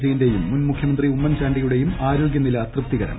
വിജയന്റെയും മുറ്റും മുഖ്യമന്ത്രി ഉമ്മൻചാണ്ടിയുടെയും ആരോഗ്യനില തൃപ്തികരം